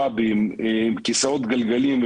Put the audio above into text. סבים עם כיסאו גלגלים,